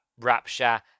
rapture